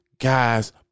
guys